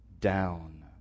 down